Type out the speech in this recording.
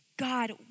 God